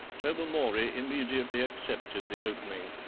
tobermory immediately accepted the opening.